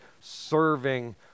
serving